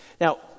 Now